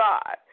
God